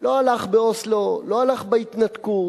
לא הלך באוסלו, לא הלך בהתנתקות,